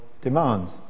demands